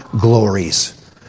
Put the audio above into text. glories